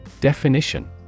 Definition